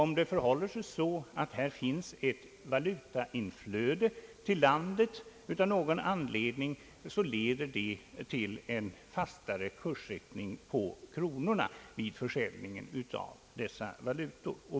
Om det förhåller sig så att det finns ett valutainflöde till landet av någon anledning, leder det till en fastare kurs på kronorna vid försäljning av dessa valutor.